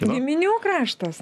giminių kraštas